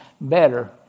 better